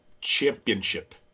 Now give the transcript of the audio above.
championship